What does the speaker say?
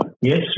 Yes